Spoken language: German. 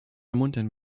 ermuntern